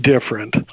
different